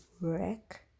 wreck